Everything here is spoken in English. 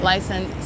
License